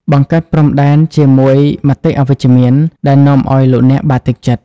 បង្កើតព្រំដែន ជាមួយមតិអវិជ្ជមានដែលនាំឱ្យលោកអ្នកបាក់ទឹកចិត្ត។